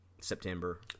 September